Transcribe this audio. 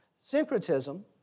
syncretism